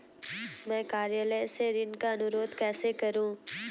मैं कार्यालय से ऋण का अनुरोध कैसे करूँ?